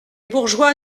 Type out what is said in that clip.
bourgeois